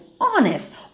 honest